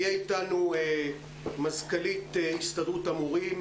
נמצאת איתנו מזכ"לית הסתדרות המורים,